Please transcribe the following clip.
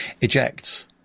ejects